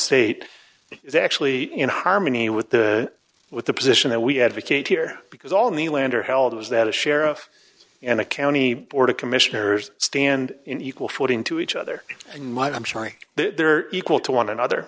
state is actually in harmony with the with the position that we advocate here because all the land are held was that a sheriff and a county board of commissioners stand in equal footing to each other and might i'm sorry they're equal to one another